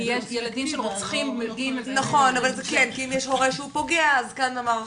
זה כן, כי אם יש הורה שהוא פוגע אז כאן המערכות.